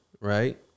Right